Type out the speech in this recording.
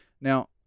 Now